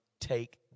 take